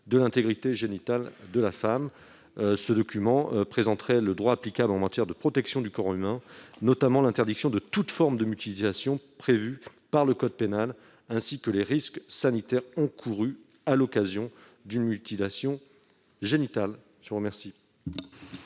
de l'intégrité génitale de la femme ». Ce document présenterait le droit applicable en matière de protection du corps humain, notamment l'interdiction de toute forme de mutilation prévue par le code pénal, ainsi que les risques sanitaires encourus à l'occasion d'une mutilation génitale. Quel